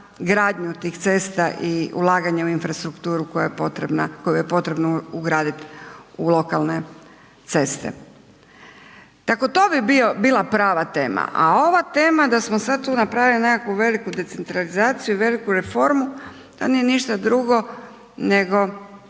gradnju tih cesta i ulaganja u infrastrukturu koju je potrebno ugradit u lokalne ceste. Dakle to bi bila prava tema a ova tema da smo sad tu napravili neku veliku decentralizaciju, veliku reformu, to nije ništa drugo nego